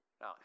Now